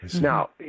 Now